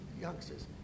youngsters